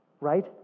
Right